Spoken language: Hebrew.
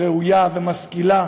ראויה ומשכילה,